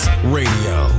Radio